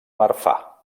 marfà